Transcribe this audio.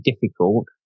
difficult